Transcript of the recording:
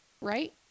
right